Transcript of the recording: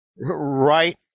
right